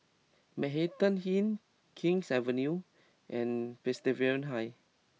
Manhattan Inn King's Avenue and Presbyterian High